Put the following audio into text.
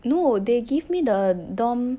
!whoa! they give me the dorm